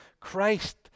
Christ